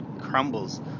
crumbles